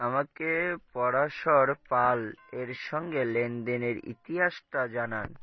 আমাকে পরাশর পাল এর সঙ্গে লেনদেনের ইতিহাসটা জানান